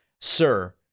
sir